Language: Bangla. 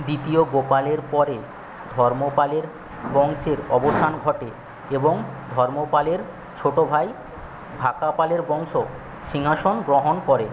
দ্বিতীয় গোপালের পরে ধর্মপালের বংশের অবসান ঘটে এবং ধর্মপালের ছোটো ভাই ভাকাপালের বংশ সিংহাসন গ্রহণ করে